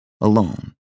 alone